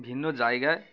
ভিন্ন জায়গায়